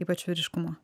ypač vyriškumo